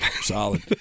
Solid